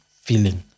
feeling